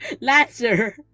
Lancer